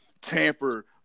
tamper